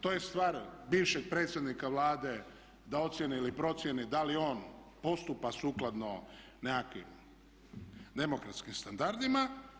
To je stvar bivšeg predsjednika Vlade da ocijeni ili procjeni da li on postupa sukladno nekakvim demokratskim standardima.